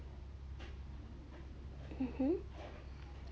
mmhmm